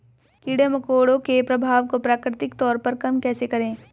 कीड़े मकोड़ों के प्रभाव को प्राकृतिक तौर पर कम कैसे करें?